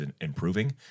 improving